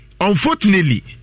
unfortunately